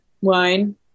wine